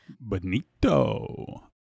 Bonito